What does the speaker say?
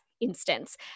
instance